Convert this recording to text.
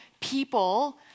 people